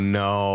no